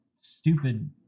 stupid